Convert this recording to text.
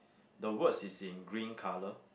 the words is in green colour